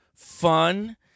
fun